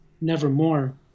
nevermore